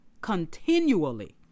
continually